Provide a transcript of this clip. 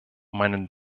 meine